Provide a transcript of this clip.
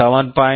5 6